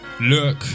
look